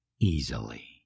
easily